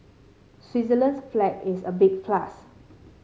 Switzerland's flag is a big plus